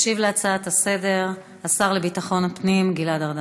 ישיב על ההצעות לסדר-היום השר לביטחון הפנים גלעד ארדן.